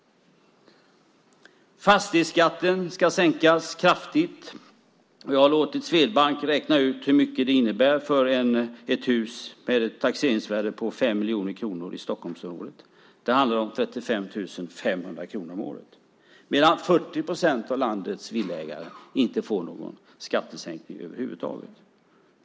Fastighetsskatten ska sänkas kraftigt. Jag har låtit Swedbank räkna ut hur mycket det innebär för ett hus med ett taxeringsvärde på 5 miljoner kronor i Stockholmsområdet. Det handlar om 35 500 kronor om året. Detta sker medan 40 procent av landets villaägare inte får någon skattesänkning över huvud taget.